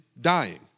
dying